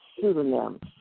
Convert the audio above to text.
pseudonyms